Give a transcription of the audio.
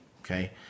okay